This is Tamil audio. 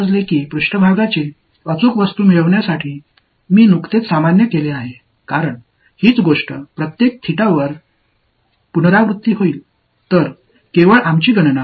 சரியான மேற்பரப்பு விஷயத்தைப் பெறுவதற்கு நான் இயல்பாக்கப்பட்டிருக்கிறேன் என்று எனக்குத் தெரிந்தவுடன் அது ஒவ்வொன்றிலும் மீண்டும் செய்யப்படும்